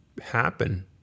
happen